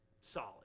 solid